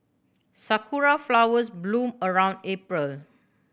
Sakura flowers bloom around April